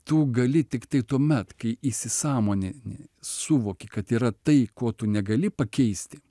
tu gali tiktai tuomet kai įsisąmonini suvoki kad yra tai ko tu negali pakeisti